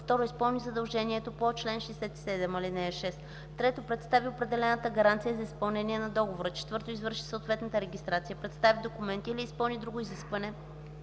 2; 2. изпълни задължението по чл. 67, ал. 6; 3. представи определената гаранция за изпълнение на договора; 4. извърши съответна регистрация, представи документ или изпълни друго изискване,